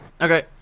Okay